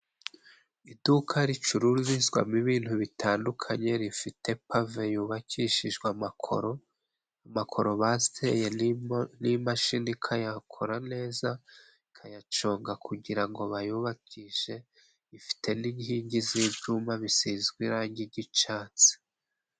Iduka ricururizwamo ibintu bitandukanye，rifite pave yubakishijwe amakoro，amakoro baseye n'imashini，ikayakora neza，ikayaconga kugira ngo bayubakishe， ifite n'inkingi z'ibyuyuma，bisize irangi ry’icyatsi.